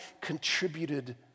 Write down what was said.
contributed